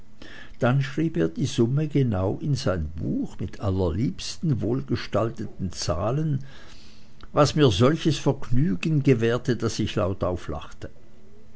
dann schrieb er die summe genau in sein buch mit allerliebsten wohlgestalteten zahlen was mir solches vergnügen gewährte daß ich laut auflachte